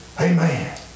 Amen